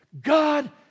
God